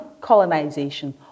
colonization